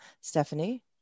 Stephanie